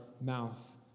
mouth